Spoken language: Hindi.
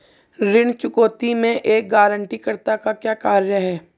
ऋण चुकौती में एक गारंटीकर्ता का क्या कार्य है?